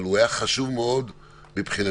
אבל הוא היה חשוב מאוד מבחינתי.